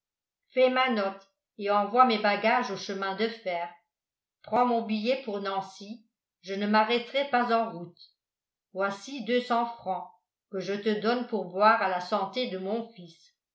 fais ma note et envoie mes bagages au chemin de fer prends mon billet pour nancy je ne m'arrêterai pas en route voici deux cents francs que je te donne pour boire à la santé de mon fils